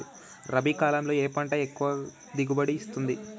రబీ కాలంలో ఏ పంట ఎక్కువ దిగుబడి ఇస్తుంది?